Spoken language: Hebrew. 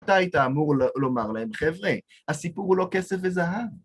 מתי אתה אמור לומר להם חבר'ה? הסיפור הוא לא כסף וזהב.